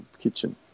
kitchen